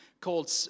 called